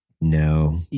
no